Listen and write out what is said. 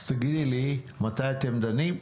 אז תגידי לי, מתי אתם דנים?